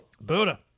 Buddha